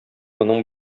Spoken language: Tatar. моның